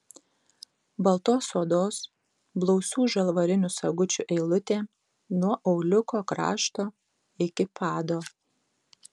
baltos odos blausių žalvarinių sagučių eilutė nuo auliuko krašto iki pado